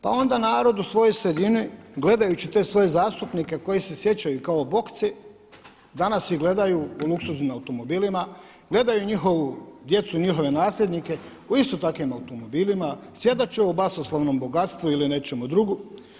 Pa onda narod u svojoj sredini gledajući te svoje zastupnike kojih se sjećaju kao bogce danas ih gledaju u luksuznim automobilima, gledaju njihovu djecu i njihove nasljednike u isto takvim automobilima, svjedoče o basnoslovnom bogatstvu ili nečemu drugom.